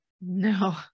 No